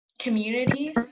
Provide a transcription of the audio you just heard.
community